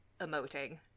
emoting